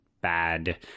bad